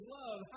love